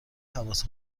حواس